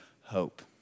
hope